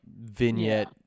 vignette